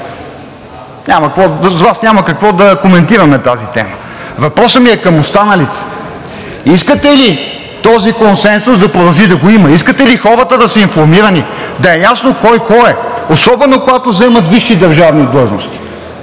няма какво да коментираме тази тема. Въпросът ми е към останалите: искате ли този консенсус да продължи да го има? Искате ли хората да са информирани, да е ясно кой кой е, особено когато заемат висши държавни длъжности?